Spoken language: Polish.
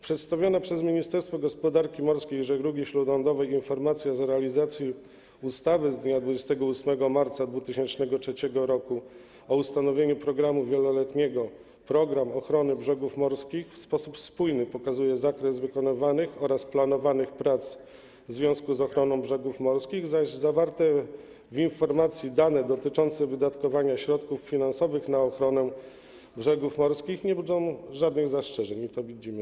Przedstawiona przez Ministerstwo Gospodarki Morskiej i Żeglugi Śródlądowej informacja z realizacji ustawy z dnia 28 marca 2003 r. o ustanowieniu programu wieloletniego „Program ochrony brzegów morskich” w sposób spójny pokazuje zakres wykonywanych oraz planowanych prac w związku z ochroną brzegów morskich, zaś zawarte w informacji dane dotyczące wydatkowania środków finansowych na ochronę brzegów morskich nie budzą żadnych zastrzeżeń, my to widzimy.